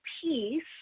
peace